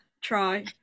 try